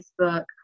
Facebook